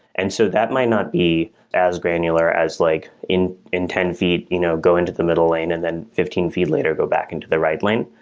and so that might not be as granular as like in in ten feet, you know go into the middle lane and then fifteen feet later go back into the right lane.